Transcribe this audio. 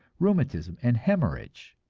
rheumatism, and hemorrhage.